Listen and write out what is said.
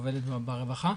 עובדת ברווחה,